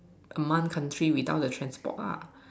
a month country without the transport lah